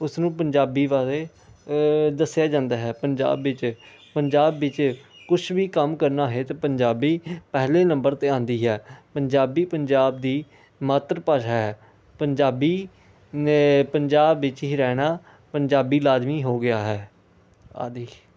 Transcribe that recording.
ਉਸ ਨੂੰ ਪੰਜਾਬੀ ਬਾਰੇ ਦੱਸਿਆ ਜਾਂਦਾ ਹੈ ਪੰਜਾਬ ਵਿੱਚ ਪੰਜਾਬ ਵਿੱਚ ਕੁਛ ਵੀ ਕੰਮ ਕਰਨਾ ਹੈ ਤਾਂ ਪੰਜਾਬੀ ਪਹਿਲੇ ਨੰਬਰ 'ਤੇ ਆਉਂਦੀ ਹੈ ਪੰਜਾਬੀ ਪੰਜਾਬ ਦੀ ਮਾਤਰ ਭਾਸ਼ਾ ਹੈ ਪੰਜਾਬੀ ਨ ਪੰਜਾਬ ਵਿੱਚ ਹੀ ਰਹਿਣਾ ਪੰਜਾਬੀ ਲਾਜ਼ਮੀ ਹੋ ਗਿਆ ਹੈ ਆਦਿ